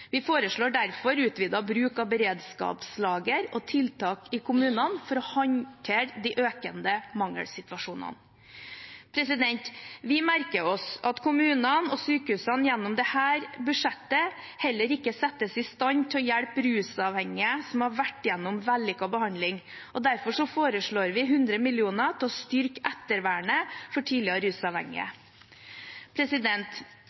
Vi foreslår derfor utvidet bruk av beredskapslager og tiltak i kommunene for å håndtere de økende mangelsituasjonene. Vi merker oss at kommunene og sykehusene gjennom dette budsjettet heller ikke settes i stand til å hjelpe rusavhengige som har vært igjennom vellykket behandling. Derfor foreslår vi 100 mill. kr til å styrke ettervernet for tidligere rusavhengige.